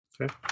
Okay